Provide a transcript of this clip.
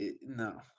No